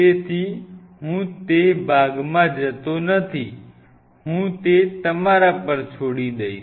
તેથી હું તે ભાગમાં જતો નથી હું તે તમારા પર છોડી દઈશ